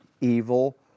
evil